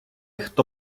хто